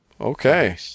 Okay